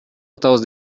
атабыз